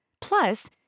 Plus